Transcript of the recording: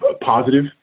positive